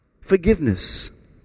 Forgiveness